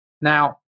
Now